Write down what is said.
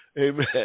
Amen